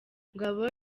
ngabo